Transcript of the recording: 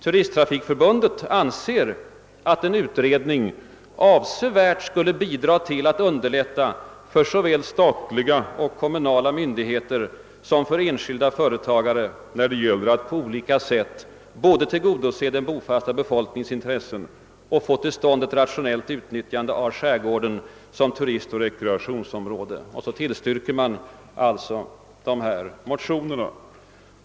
Turisttrafikförbundet anser att en utredning skulle bidra till att avsevärt underlätta för såväl statliga och kommunala myndigheter som för enskilda företagare att på olika sätt både tillgodose den bofasta befolkningens intressen och få till stånd ett rationellt utnyttjande av skärgården som turistoch rekreationsområde och tillstyrker därför motionerna.